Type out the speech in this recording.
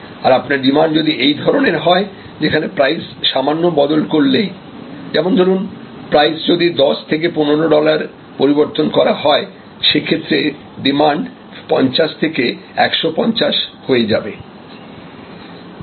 আর আপনার ডিমান্ড যদি এই ধরনের হয় যেখানে প্রাইস সামান্য বদল করলেই যেমন ধরুন প্রাইস যদি 10 থেকে 15 ডলার পরিবর্তন করা হয় সেক্ষেত্রে ডিমান্ড 50 থেকে 150 হয়ে যাবে